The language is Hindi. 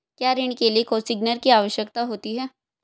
क्या ऋण के लिए कोसिग्नर की आवश्यकता होती है?